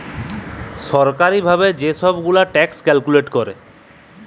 ছরকারি ভাবে যে ছব গুলা ট্যাক্স ক্যালকুলেট ক্যরে